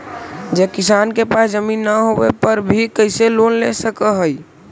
जे किसान के पास जमीन न होवे पर भी कैसे लोन ले सक हइ?